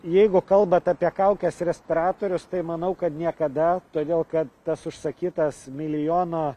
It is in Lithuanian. jeigu kalbat apie kaukes respiratorius tai manau kad niekada todėl kad tas užsakytas milijono